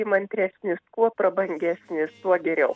įmantresnis kuo prabangesnis tuo geriau